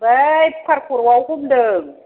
बै कुकार खर'आव हमदों